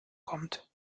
kommt